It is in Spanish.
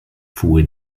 fue